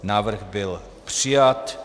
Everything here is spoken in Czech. Návrh byl přijat.